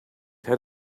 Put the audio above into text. had